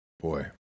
Boy